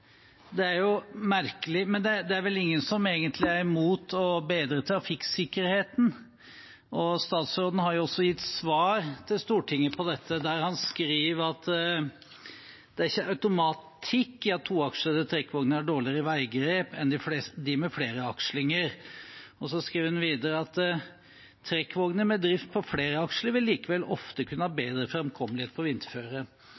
Det er jo merkelig – det er vel ingen som egentlig er imot å bedre trafikksikkerheten. Statsråden har gitt svar til Stortinget på dette, der han skriver: «Det er ikke automatikk i at toakslede trekkvogner har dårligere veggrep enn de med flere akslinger Og så skriver han videre: «Trekkvogner med drift på flere aksler vil likevel ofte kunne ha